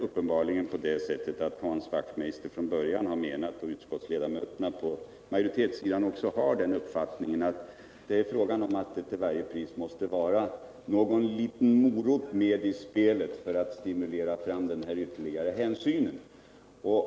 Hans Wachtmeister och övriga utskottsledamöter på majoritetssidan har uppfattningen att det till varje pris måste vara någon liten morot med i spelet för att man skall kunna stimulera fram den ytterligare hänsynen.